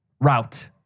Route